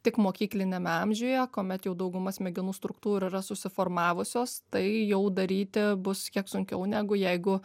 tik mokykliniame amžiuje kuomet jau dauguma smegenų struktūrų yra susiformavusios tai jau daryti bus kiek sunkiau negu jeigu